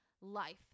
life